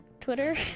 twitter